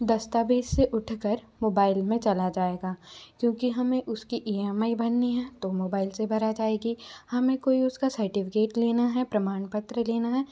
दस्तावेज़ से उठकर मोबाइल में चला जाएगा क्योंकि हमें उसकी ई एम आई भरनी है तो मोबाइल से भरा जाएगी हमें कोई उसका सर्टिफिकेट लेना है प्रमाणपत्र लेना है